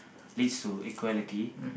leads to equality